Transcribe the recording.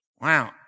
Wow